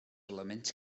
elements